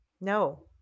No